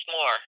more